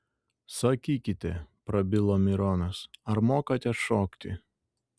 sakykite prabilo mironas ar mokate šokti